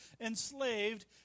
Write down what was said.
enslaved